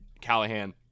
Callahan